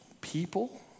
people